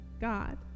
God